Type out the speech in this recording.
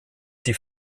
die